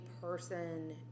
person